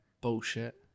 bullshit